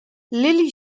lily